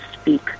speak